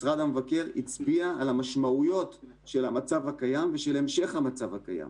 משרד המבקר הצביע על המשמעויות של המצב הקיים ושל המשך המצב הקיים.